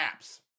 apps